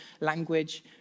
language